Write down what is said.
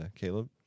Caleb